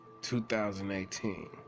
2018